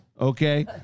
okay